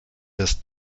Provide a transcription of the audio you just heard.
des